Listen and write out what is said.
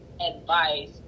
advice